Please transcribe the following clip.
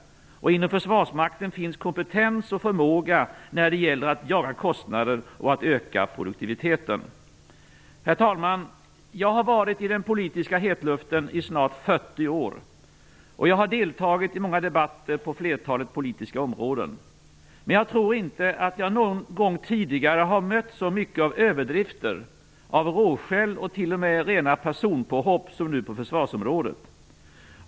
Inom försvarsmakten finns kompetens och förmåga när det gäller att jaga kostnader och öka produktiviteten. Herr talman! Jag har varit i den politiska hetluften i snart 40 år. Jag har deltagit i många debatter på flertalet politiska områden. Men jag tror inte att jag någon gång tidigare har mött så mycket av överdrifter, av råskäll och t.o.m. rena personpåhopp som nu på försvarsområdet.